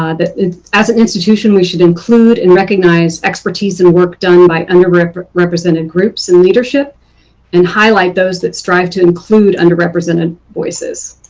um as an institution we should include and recognize expertise and work done by underrepresented groups and leadership and highlight those that strive to include underrepresented voices.